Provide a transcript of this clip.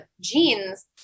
genes